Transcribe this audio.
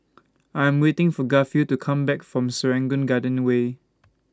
I Am waiting For Garfield to Come Back from Serangoon Garden Way